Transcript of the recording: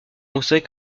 considérée